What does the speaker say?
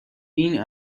این